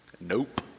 Nope